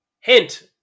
Hint